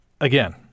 again